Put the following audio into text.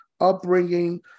upbringing